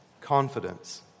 confidence